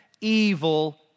evil